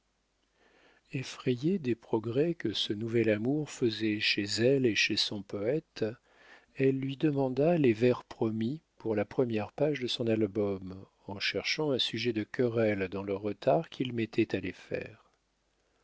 effrayée des progrès que ce nouvel amour faisait chez elle et chez son poète elle lui demanda les vers promis pour la première page de son album en cherchant un sujet de querelle dans le retard qu'il mettait à les faire